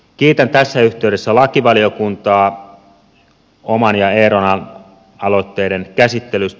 kiitän tässä yhteydessä lakivaliokuntaa oman ja eerolan aloitteiden käsittelystä